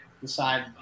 decide